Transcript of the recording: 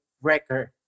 record